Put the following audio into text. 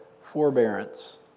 forbearance